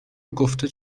گفته